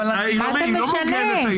היא לא מוגנת היום.